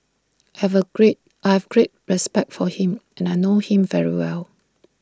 have A great I have great respect for him and I know him very well